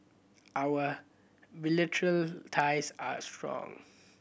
our bilateral ties are strong